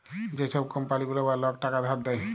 যে ছব কম্পালি গুলা বা লক টাকা ধার দেয়